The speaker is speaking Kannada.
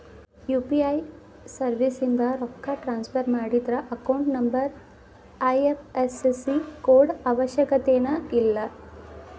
ಯು.ಪಿ.ಐ ಸರ್ವಿಸ್ಯಿಂದ ರೊಕ್ಕ ಟ್ರಾನ್ಸ್ಫರ್ ಮಾಡಿದ್ರ ಅಕೌಂಟ್ ನಂಬರ್ ಐ.ಎಫ್.ಎಸ್.ಸಿ ಕೋಡ್ ಅವಶ್ಯಕತೆನ ಇಲ್ಲ